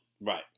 Right